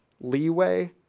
leeway